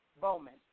Bowman